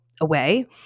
away